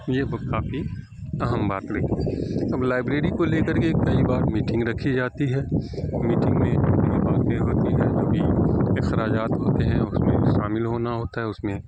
یہ بہ کافی اہم بات لگی اب لائبریری کو لے کر کے کئی بار میٹنگ رکھی جاتی ہے میٹنگ میں انیک آدمی آتے ہیں جو بھی اخراجات ہوتے ہیں اور اس میں شامل ہونا ہوتا ہے اس میں